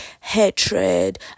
hatred